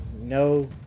no